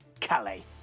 Calais